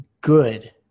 good